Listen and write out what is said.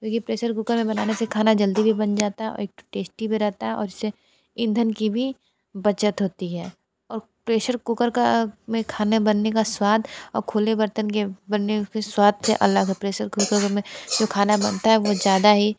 क्योंकि pressure cooker बनाने से खाना जल्दी भी बन जाता है औ एक तो टेस्टी भी रहता है और इससे ईंधन की भी बचत होती है और प्रेशर कुकर का में खाने बनने का स्वाद और खुले बर्तन के बनने के स्वाद से अलग है प्रेशर कुकर वह में जो खाना बनता है वह ज़्यादा ही